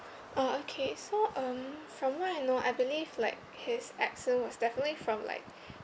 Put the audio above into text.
oh okay so um from what I know I believe like his accent was definitely from like